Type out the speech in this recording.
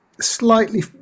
slightly